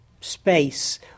space